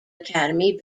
academy